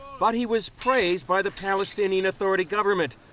but he was praised by the palestinian authority government.